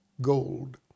gold